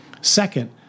Second